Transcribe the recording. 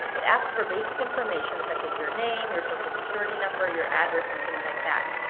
it asks for basic information such as your name, your social security number, your address, and things like that.